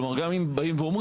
כלומר, גם אם באים ואומרים.